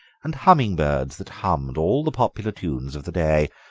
and humming birds that hummed all the popular tunes of the day.